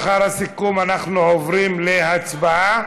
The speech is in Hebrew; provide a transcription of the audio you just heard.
לאחר הסיכום אנחנו עוברים להצבעה